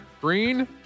Green